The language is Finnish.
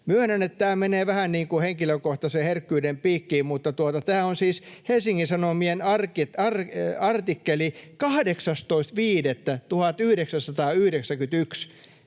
tämä menee vähän henkilökohtaisen herkkyyden piikkiin, mutta tämä on siis Helsingin Sanomien artikkeli 18.5.1991.